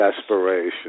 desperation